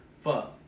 Fuck